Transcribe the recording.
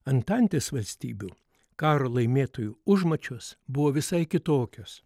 antantės valstybių karo laimėtojų užmačios buvo visai kitokios